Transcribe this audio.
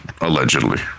allegedly